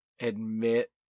admit